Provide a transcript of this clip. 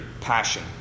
passion